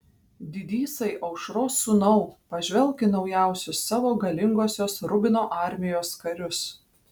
didysai aušros sūnau pažvelk į naujausius savo galingosios rubino armijos karius